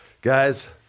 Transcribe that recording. guys